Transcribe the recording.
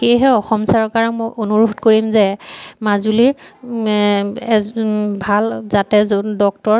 সেয়েহে অসম চৰকাৰক মই অনুৰোধ কৰিম যে মাজুলীৰ ভাল যাতে এজন ডক্টৰ